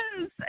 yes